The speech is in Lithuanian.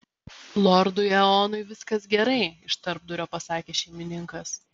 lordui eonui viskas gerai iš tarpdurio pasakė šeimininkas